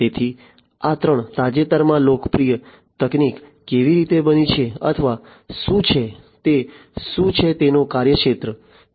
તેથી આ ત્રણ તાજેતરમાં લોકપ્રિય તકનીકો કેવી રીતે બની છે અથવા શું છે તે શું છે તેનો કાર્યક્ષેત્ર છે